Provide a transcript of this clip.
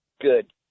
Good